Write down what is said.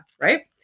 Right